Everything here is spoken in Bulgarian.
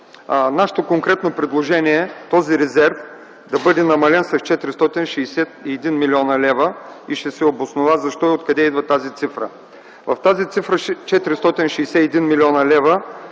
Нашето конкретно предложение е този резерв да бъде намален с 461 млн. лв. и ще се обоснова защо и откъде идва тази цифра. В тази цифра 461 млн. лв.